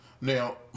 Now